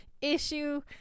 issue